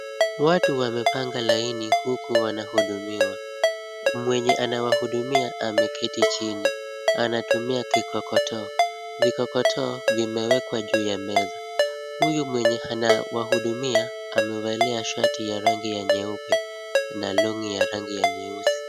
Watu wamepanga laini huku wanahudumiwa. Mwenye anawahudumiwa ameketi chini anatumia kikokotoo. Vikokotoo vimewekwa juu ya meza. Huyu mwenye anawahudumia amevalia shati ya rangi ya nyeupe na long'i ya rangi ya nyeusi.